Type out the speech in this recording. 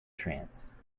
trance